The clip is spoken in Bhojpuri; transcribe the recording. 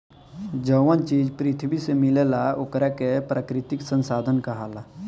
जवन चीज पृथ्वी से मिलेला ओकरा के प्राकृतिक संसाधन कहाला